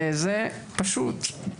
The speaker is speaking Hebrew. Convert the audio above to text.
פשוט לא יצא.